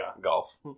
golf